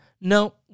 no